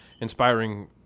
inspiring